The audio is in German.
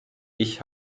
ich